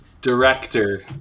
director